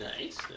Nice